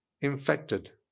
infected